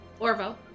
Orvo